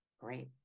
Great